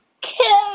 kill